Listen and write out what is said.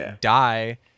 die